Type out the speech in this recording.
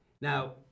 Now